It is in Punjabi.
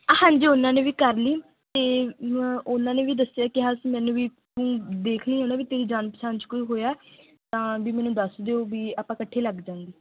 ਹਾਂਜੀ ਉਹਨਾਂ ਨੇ ਵੀ ਕਰ ਲਈ ਅਤੇ ਉਹਨਾਂ ਨੇ ਵੀ ਦੱਸਿਆ ਕਿਹਾ ਮੈਨੂੰ ਵੀ ਦੇਖ ਲਈ ਉਹਨਾਂ ਵਿੱਚੋਂ ਤੇਰੀ ਜਾਣ ਪਛਾਣ 'ਚ ਕੋਈ ਹੋਇਆ ਤਾਂ ਵੀ ਮੈਨੂੰ ਦੱਸ ਦਿਓ ਵੀ ਆਪਾਂ ਇਕੱਠੇ ਲੱਗ ਜਾਂਗੇ